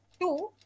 two